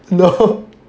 no